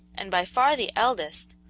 and by far the eldest,